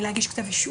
מלהגיש כתב אישום,